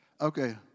Okay